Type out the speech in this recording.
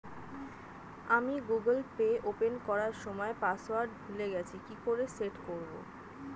আমি Google pay open করার সময় পাসওয়ার্ড ভুলে গেছি কি করে সেট করব?